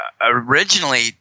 originally